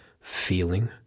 feeling